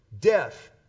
death